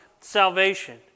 salvation